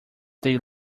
they